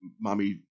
mommy